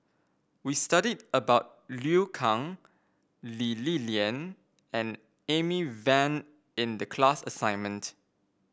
we studied about Liu Kang Lee Li Lian and Amy Van in the class assignment